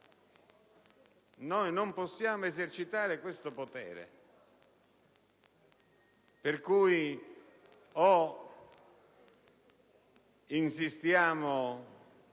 Non possiamo esercitare questo potere per cui o insistiamo